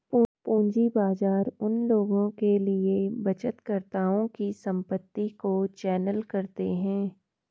पूंजी बाजार उन लोगों के लिए बचतकर्ताओं की संपत्ति को चैनल करते हैं